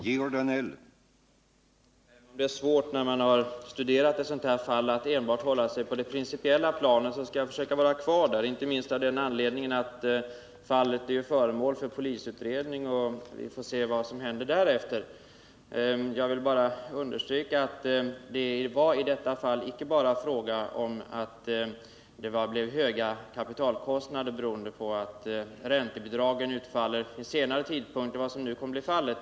Herr talman! Även om det, när man har studerat ett sådant här fall, är svårt att enbart hålla sig på det principiella planet, så skall jag försöka vara kvar där — det fall jag åberopat skall dessutom bli föremål för polisutredning, och då får vi ju se vad som händer med anledning av den. Men jag vill understryka att det i det här fallet inte bara var fråga om att det blev höga kapitalkostnader beroende på att räntebidragen utfaller vid senare tidpunkt än vad som numera gäller.